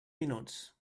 minuts